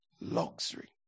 Luxury